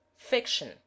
Fiction